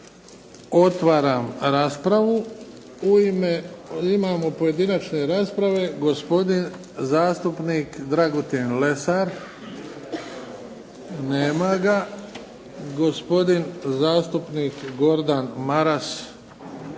Otvaram raspravu. U ime, imamo pojedinačne rasprave gospodin zastupnik Dragutin Lesar. Nema ga. Gospodin zastupnik Gordan Maras.